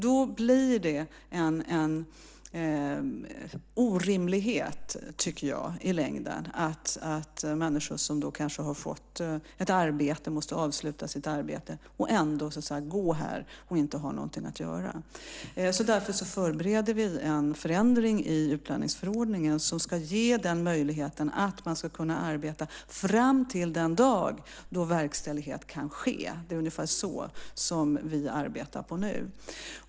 Då blir det i längden en orimlighet, tycker jag, att människor som då kanske har fått ett arbete måste avsluta det och ändå sedan så att säga gå här och inte ha någonting att göra. Därför förbereder vi en förändring i utlänningsförordningen som ska ge den möjligheten att man ska kunna arbeta fram till den dag då verkställighet kan ske. Det är ungefär så som vi arbetar nu.